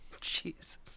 Jesus